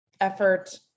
effort